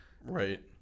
Right